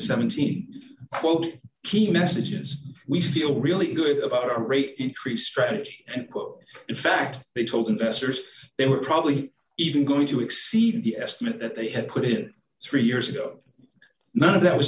seventeen quote key messages we feel really good about our rate increase strategy and quote in fact they told investors they were probably even going to exceed the estimate that they had put it three years ago none of that was